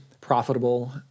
profitable